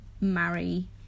marry